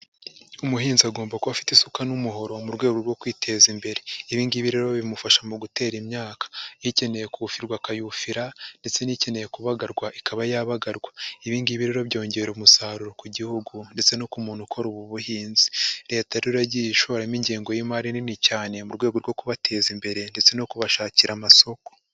Umuhinzi agomba kuba afite isuka n'umuhoro murwego rwo kwiteza imbere, ibingibi rero bimufasha mu gutera imyaka ikeneye kufirwa akayufira ndetse n'ikeneye kubagarwa ikaba yabagarurwa, ibingibi rero byongera umusaruro ku gihugu ndetse no ku muntu ukora ubu buhinzi. Leta rero yagiye ishoramo ingengo y'imari nini cyane murwego rwo kubateza imbere ndetse no kubashakira amasoko.